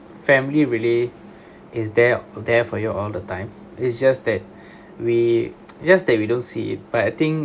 family really is there there for your all the time it's just that we just that we don't see it but I think